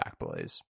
Backblaze